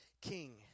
king